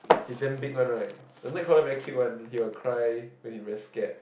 he damn big one right the Nightcrawler very cute one he will cry when he very scared